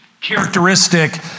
characteristic